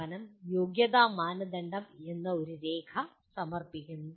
സ്ഥാപനം യോഗ്യതാ മാനദണ്ഡം എന്ന ഒരു രേഖ സമർപ്പിക്കുന്നു